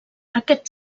aquest